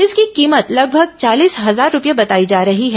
इसकी कीमत लगभग चालीस हजार रूपये बताई जा रही है